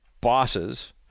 bosses